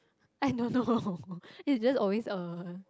I don't know it's just always a